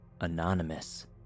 Anonymous